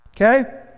okay